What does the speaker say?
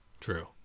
True